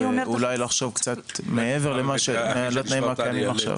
אולי לחשוב קצת מעבר לתנאים הקיימים עכשיו?